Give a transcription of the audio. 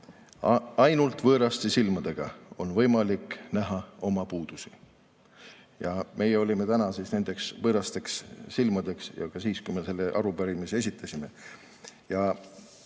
"Ainult võõraste silmadega on võimalik näha oma puudusi." Meie oleme täna nendeks võõrasteks silmudeks ja [olime] ka siis, kui me selle arupärimise esitasime.